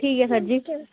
ठीक ऐ सर जी